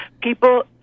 People